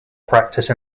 practice